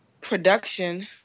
production